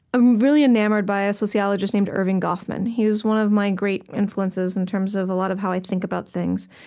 i'm really enamored by a sociologist named erving goffman. he was one of my great influences in terms of a lot of how i think about things.